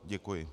Děkuji.